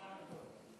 אדוני היושב-ראש, נכבדי